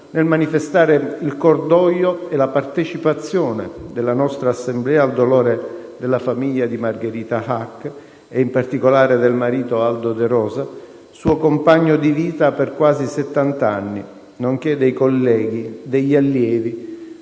nel manifestare il cordoglio e la partecipazione della nostra Assemblea al dolore della famiglia di Margherita Hack, e in particolare del marito Aldo De Rosa, suo compagno di vita per quasi settant'anni, nonché dei colleghi e degli allievi